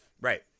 Right